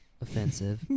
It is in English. Offensive